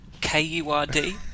K-U-R-D